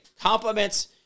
compliments